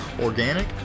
organic